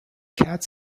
katz